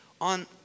on